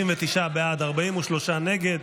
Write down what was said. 59 בעד, 43 נגד.